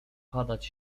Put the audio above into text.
padać